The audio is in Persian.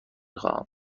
خواهم